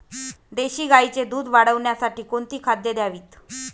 देशी गाईचे दूध वाढवण्यासाठी कोणती खाद्ये द्यावीत?